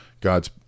God's